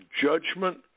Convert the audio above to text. judgment